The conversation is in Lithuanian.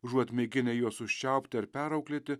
užuot mėginę juos užčiaupti ar perauklėti